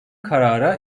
karara